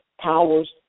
powers